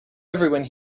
everyone